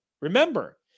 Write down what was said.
Remember